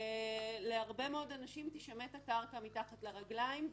להרבה מאוד אנשים תישמט הקרקע מתחת לרגליים.